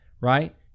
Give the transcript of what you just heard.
right